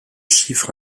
chiffre